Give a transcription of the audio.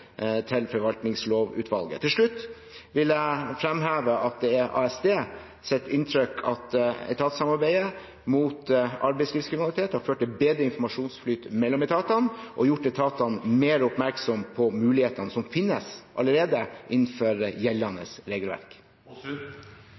til Forvaltningslovutvalget. Til slutt vil jeg fremheve at det er Arbeids- og sosialdepartementets inntrykk at etatssamarbeidet mot arbeidslivskriminalitet har ført til bedre informasjonsflyt mellom etatene og gjort etatene mer oppmerksom på mulighetene som allerede finnes innenfor gjeldende